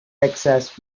texas